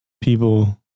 people